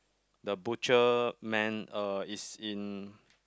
the butcher man uh is in